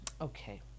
Okay